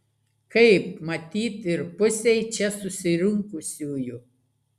kaip matyt ir pusei čia susirinkusiųjų